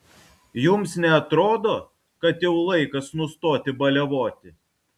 jums neatrodo kad jau laikas nustoti baliavoti